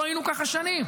לא היינו כך שנים,